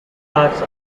parks